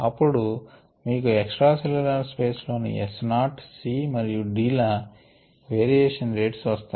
అప్పుడు మీకు extra cellular space లోని S naught C మరియు D ల వేరియేషన్ రేట్స్ వస్తాయి